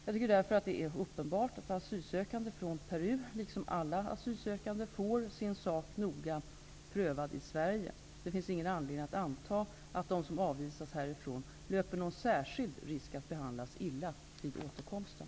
Jag tycker därför att det är uppenbart att asylsökande från Peru, liksom alla asylsökande, får sin sak noga prövad i Sverige. Det finns ingen anledning anta att de som avvisas härifrån löper någon särskild risk att behandlas illa vid återkomsten.